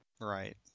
Right